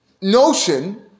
Notion